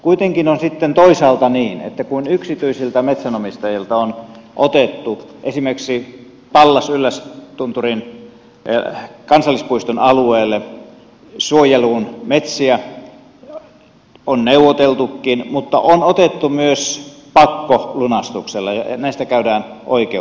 kuitenkin on sitten toisaalta niin että kun yksityisiltä metsänomistajilta on otettu esimerkiksi pallas yllästunturin kansallispuiston alueella suojeluun metsiä on neuvoteltukin mutta on otettu myös pakkolunastuksella ja näistä käydään oikeutta